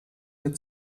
mit